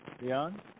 Leon